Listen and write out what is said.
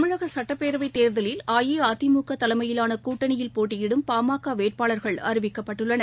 தமிழகசட்டப்பேரவைத் தேர்தலில் அஇஅதிமுகதலைமையிலானகூட்டணியில் போட்டியிடும் பா ம க வேட்பாளர்கள் அறிவிக்கப்பட்டுள்ளனர்